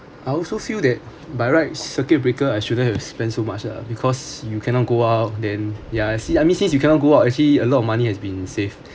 I also feel that by right circuit breaker I shouldn't have spend so much lah because you cannot go out then yeah I see I mean since you can't go out actually a lot of money has been saved